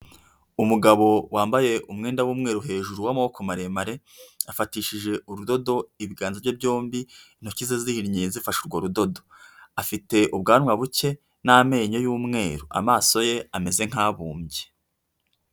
Umugabo wambaye umwenda w'umweru hejuru wamaboko maremare afatishije urudodo ibiganza bye byombi, intoki ze zihinnye zifashe urwo rudodo afite ubwanwa buke n'amenyo y'umweru amaso ye ameze nkabumbye.